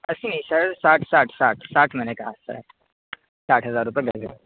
اسی نہیں سر ساٹھ ساٹھ ساٹھ ساٹھ میں نے کہا سر ساٹھ ہزار روپے گز ہے